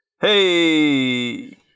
Hey